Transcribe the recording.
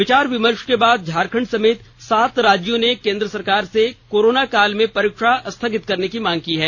विचार विमर्श के बाद झारखंड समेत सात राज्यों ने केन्द्र सरकार से कोरोना काल में परीक्षा स्थगित करने की मांग की है